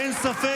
בושה,